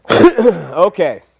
Okay